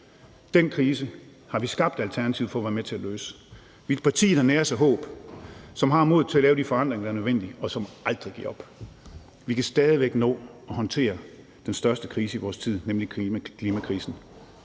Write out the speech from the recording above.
Den krise har vi skabt Alternativet for at være med til at løse. Vi er et parti, der næres af håb, og som har modet til at lave de forandringer, der er nødvendige, og som aldrig giver op. Vi kan stadig væk nå at håndtere den største krise i vores tid, nemlig klimakrisen.